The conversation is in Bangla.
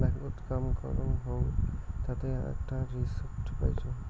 ব্যাংকত কাম করং হউ তাতে আকটা রিসিপ্ট পাইচুঙ